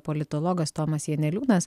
politologas tomas janeliūnas